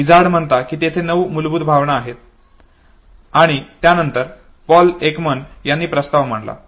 Izard म्हणतात की तेथे नऊ मूलभूत भावना आहेत आणि त्यानंतर पॉल एकमन यांनी प्रस्ताव मांडला